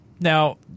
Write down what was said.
Now